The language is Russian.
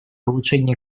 улучшения